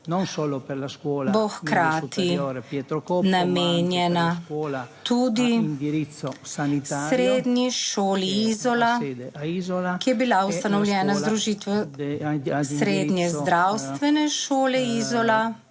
bo hkrati namenjena tudi Srednji šoli Izola, ki je bila ustanovljena z združitvijo Srednje zdravstvene šole Izola